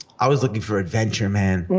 i was looking for adventure, man.